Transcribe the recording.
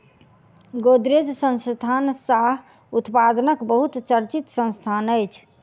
गोदरेज संस्थान चाह उत्पादनक बहुत चर्चित संस्थान अछि